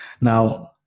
Now